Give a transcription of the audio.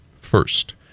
first